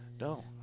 No